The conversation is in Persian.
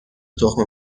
تخم